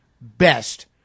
best